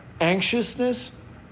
anxiousness